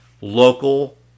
local